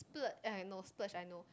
splurge eh I know splurge I know